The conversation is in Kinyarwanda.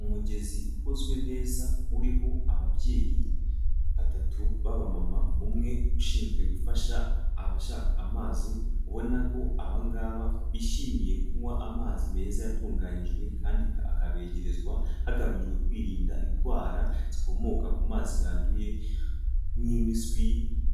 Umugezi ukozwe neza uriho ababyeyi batatu b'abamama, umwe ushinzwe gufasha abashaka amazi, ubona ko aba ngaba bishimiye kunywa amazi meza yatunganyijwe kandi akabegerezwa, hagamijwe kwirinda indwara zikomoka ku mazi yanduye, nk'impiswi